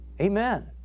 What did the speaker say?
Amen